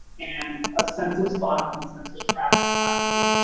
and a census block and census track assigned to